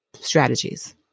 strategies